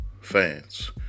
fans